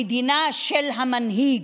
המדינה של המנהיג,